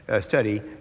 study